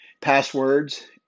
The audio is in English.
passwords